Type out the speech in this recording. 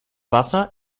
wasser